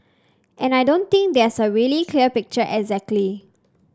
and I don't think there's a really clear picture exactly